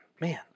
man